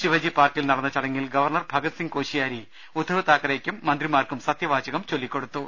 ശിവജി പാർക്കിൽ നടന്ന ചടങ്ങിൽ ഗവർണർ ഭഗത്സിങ് കോശിയാരി ഉദ്ധവ് താക്കറെയ്ക്കും മന്ത്രിമാർക്കും സത്യവാചകം ചൊല്ലിക്കൊടുത്തു